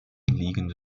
liegende